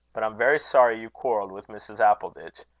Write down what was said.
but i'm very sorry you quarrelled with mrs. appleditch.